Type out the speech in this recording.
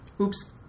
oops